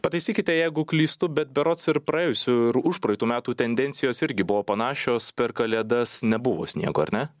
pataisykite jeigu klystu bet berods ir praėjusių ir užpraeitų metų tendencijos irgi buvo panašios per kalėdas nebuvo sniego ar ne